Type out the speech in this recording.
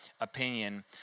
opinion